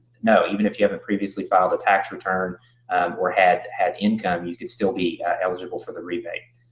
no, even if you haven't previously filed a tax return or had had income, you could still be eligible for the rebate.